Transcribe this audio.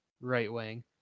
right-wing